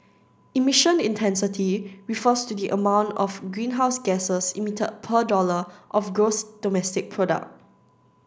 emission intensity refers to the amount of greenhouse gasses emitted per dollar of gross domestic product